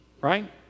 right